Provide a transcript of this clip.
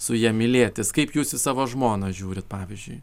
su ja mylėtis kaip jūs į savo žmoną žiūrit pavyzdžiui